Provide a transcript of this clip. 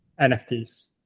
nfts